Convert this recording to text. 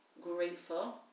grateful